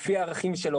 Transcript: לפי הערכים שלו.